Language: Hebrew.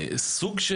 זה פתח לשחיתות.